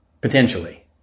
Potentially